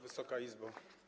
Wysoka Izbo!